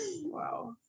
Wow